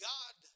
God